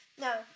No